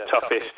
toughest